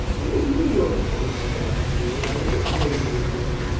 it was new york that demoralized you and i don't blame you for it.